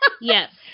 yes